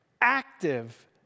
active